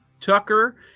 Tucker